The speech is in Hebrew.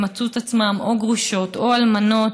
ומצאו את עצמן או גרושות או אלמנות,